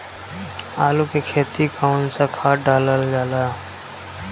आलू के खेती में कवन सा खाद डालल जाला?